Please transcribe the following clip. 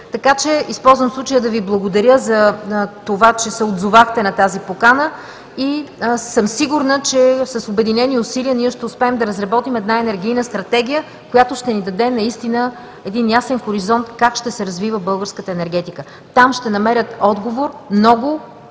„Белене“. Използвам случая да Ви благодаря за това, че се отзовахте на тази покана и съм сигурна, че с обединени усилия ние ще успеем да разработим една енергийна стратегия, която ще ни даде ясен хоризонт как ще се развива българската енергетика. Там ще намерят отговор много,